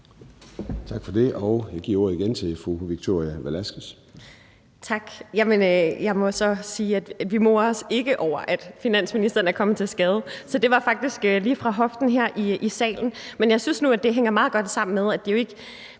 Tak for det. Jeg giver ordet igen til fru Victoria Velasquez. Kl. 13:42 Victoria Velasquez (EL): Tak. Jeg må så sige, at vi ikke morer os over, at finansministeren er kommet til skade. Det var faktisk lige fra hoften her i salen. Men jeg synes nu, at det hænger meget godt sammen med, at det jo ikke